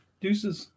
Deuces